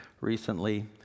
recently